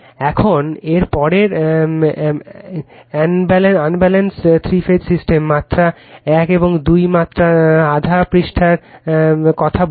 এখন এর পরের আনব্যলেন্সড থ্রি ফেজ সিস্টেম মাত্র এক বা দুই বা মাত্র আধা পৃষ্ঠার কথা বলব